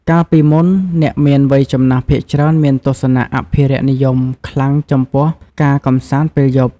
កាលពីមុន អ្នកមានវ័យចំណាស់ភាគច្រើនមានទស្សនៈអភិរក្សនិយមខ្លាំងចំពោះការកម្សាន្តពេលយប់។